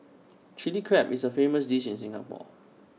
Chilli Crab is A famous dish in Singapore